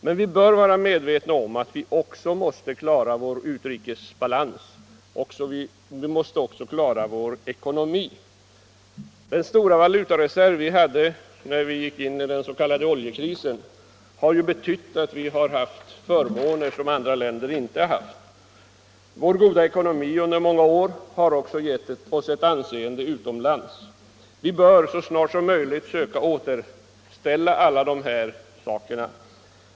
Men vi måste också klara vår utrikesbalans, vår ekonomi. Den stora valutareserv vi hade när vi gick in i den s.k. oljekrisen har medfört att vi haft förmåner som andra länder inte haft. Vår goda ekonomi under många år har också givit oss ett anseende utomlands. Vi bör så snart som möjligt söka återställa dessa saker.